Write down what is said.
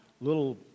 little